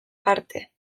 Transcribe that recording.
parte